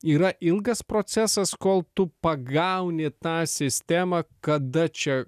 yra ilgas procesas kol tu pagauni tą sistemą kada čia